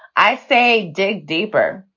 i say dig deeper.